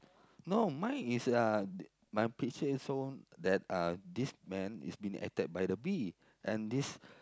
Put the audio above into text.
no mine is uh my picture is shown that uh this man is being attacked by the bee and this